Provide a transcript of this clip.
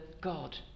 God